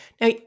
Now